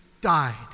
died